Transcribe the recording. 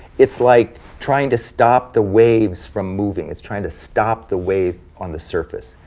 it's like trying to stop the waves from moving, it's trying to stop the wave on the surface.